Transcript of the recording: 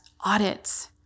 audits